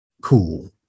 cool